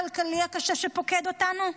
המשבר הכלכלי הקשה שפוקד אותנו?